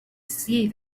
see